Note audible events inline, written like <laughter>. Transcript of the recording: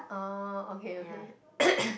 orh okay okay <coughs>